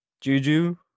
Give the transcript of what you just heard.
Juju